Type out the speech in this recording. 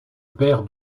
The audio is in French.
père